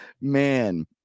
Man